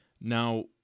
Now